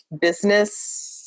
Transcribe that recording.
business